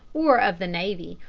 or of the navy,